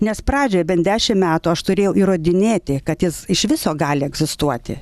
nes pradžioj bent dešim metų aš turėjau įrodinėti kad jis iš viso gali egzistuoti